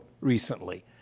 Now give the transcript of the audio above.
recently